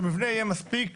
שהמבנה יהיה מספיק